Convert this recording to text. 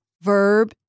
verb